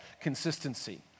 consistency